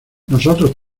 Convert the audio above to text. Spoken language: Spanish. nosotros